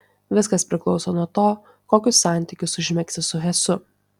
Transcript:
viskas priklauso nuo to kokius santykius užmegsi su hesu